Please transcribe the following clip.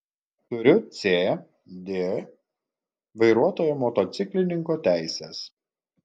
turiu c d vairuotojo motociklininko teises